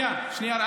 שנייה, שנייה.